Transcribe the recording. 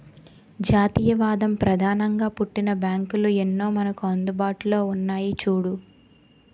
జాతీయవాదం ప్రధానంగా పుట్టిన బ్యాంకులు ఎన్నో మనకు అందుబాటులో ఉన్నాయి చూడు